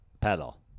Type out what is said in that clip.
pedal